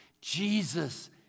Jesus